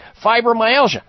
fibromyalgia